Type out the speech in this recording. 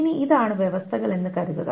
ഇനി ഇതാണ് വ്യവസ്ഥകൾ എന്ന് കരുതുക